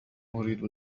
أريد